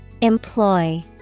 Employ